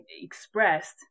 expressed